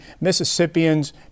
Mississippians